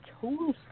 total